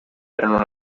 erano